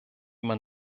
man